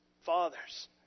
fathers